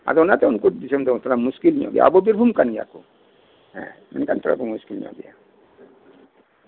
ᱟᱫᱚ ᱚᱱᱟᱛᱮ ᱩᱱᱠᱩ ᱫᱤᱥᱚᱢ ᱫᱚ ᱛᱷᱚᱲᱟ ᱢᱩᱥᱠᱤᱞ ᱧᱚᱜ ᱜᱮᱭᱟ ᱟᱵᱚ ᱵᱤᱨᱵᱷᱩᱢ ᱠᱟᱱ ᱜᱮᱭᱟ ᱠᱚ ᱦᱮᱸ ᱢᱮᱱᱠᱷᱟᱱ ᱛᱷᱚᱲᱟ ᱫᱚ ᱢᱩᱥᱠᱤᱞ ᱧᱚᱜ ᱜᱮᱭᱟ